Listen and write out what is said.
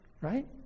right